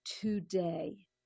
Today